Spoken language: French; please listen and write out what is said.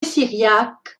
syriaque